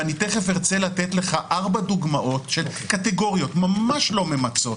ואני תכף ארצה לתת לך ארבע קטגוריות ממש לא ממצות,